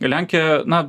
lenkija na